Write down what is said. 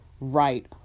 right